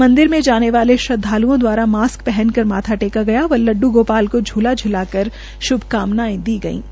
मन्दिर में जाने वाले श्रदधालुओं द्वारा मास्क पहनकर माथा टेका गया व लड्डू गोपाल को झूला झूलाकर श्भकामनाएं दी गयी